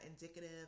indicative